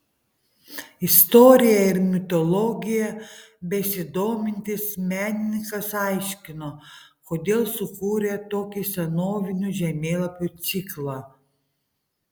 istorija ir mitologija besidomintis menininkas aiškino kodėl sukūrė tokį senovinių žemėlapių ciklą